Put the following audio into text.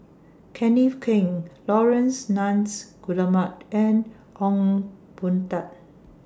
Kenneth Keng Laurence Nunns Guillemard and Ong Boon Tat